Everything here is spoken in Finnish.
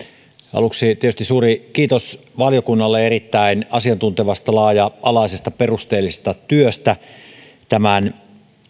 aluksi tietysti suuri kiitos valiokunnalle erittäin asiantuntevasta laaja alaisesta perusteellisesta työstä